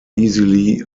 easily